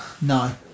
no